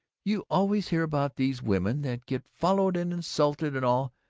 you always hear about these women that get followed and insulted and all,